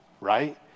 Right